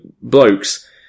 blokes